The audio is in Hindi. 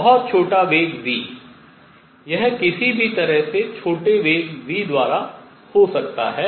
बहुत छोटा वेग v यह किसी भी तरह से छोटे वेग v द्वारा हो सकता है